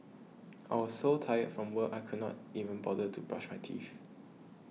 I was so tired from work I could not even bother to brush my teeth